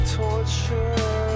torture